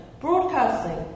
Broadcasting